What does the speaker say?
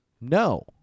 No